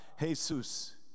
Jesus